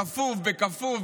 בכפוף,